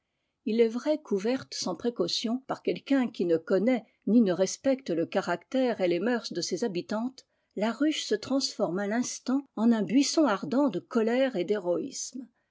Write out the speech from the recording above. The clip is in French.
il est vrai qu'ouverte sans précaution par quelqu'un qui ne connaît ni ne respecte le caractère et les mœurs de ses habitantes la ruche se transforme à tinstant en un buisson ardent de colère et d'héroïsme